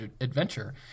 adventure